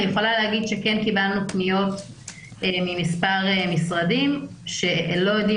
אני יכולה להגיד שכן קיבלנו פניות ממספר משרדים שלא יודעים